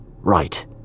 Right